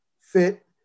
fit